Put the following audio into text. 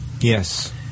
Yes